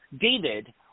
David